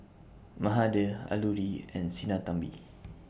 Mahade Alluri and Sinnathamby